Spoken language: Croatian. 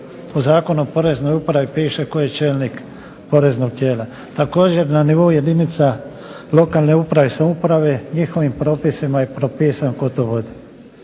U Zakonu o poreznoj upravi piše tko je čelnik poreznog tijela. Također na nivou jedinica lokalne uprave i samouprave njihovim propisima je propisima je